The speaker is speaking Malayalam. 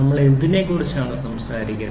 നമ്മൾ എന്തിനെക്കുറിച്ചാണ് സംസാരിക്കുന്നത്